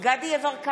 דסטה גדי יברקן,